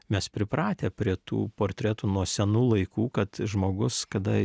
mes pripratę prie tų portretų nuo senų laikų kad žmogus kada